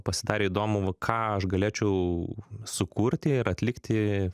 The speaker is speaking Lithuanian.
pasidarė įdomu va ką aš galėčiau sukurti ir atlikti